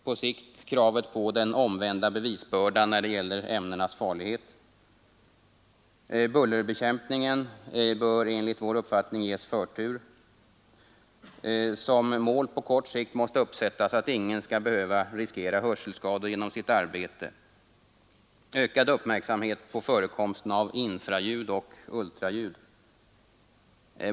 På sikt kravet på den omvända bevisbördan när det gäller ämnens farlighet. Bullerbekämpningen bör enligt vår uppfattning ges förtur. Som mål på kort sikt måste uppsättas att ingen skall behöva riskera hörselskador genom sitt arbete. Ökad uppmärksamhet på förekomsten av infraljud och ultraljud.